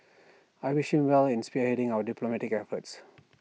I wish him well in spearheading our diplomatic efforts